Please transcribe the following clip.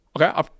Okay